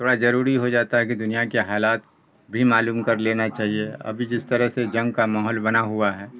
تھوڑا ضروری ہو جاتا ہے کہ دنیا کے حالات بھی معلوم کر لینا چاہیے ابھی جس طرح سے جنگ کا ماحول بنا ہوا ہے